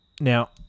Now